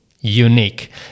unique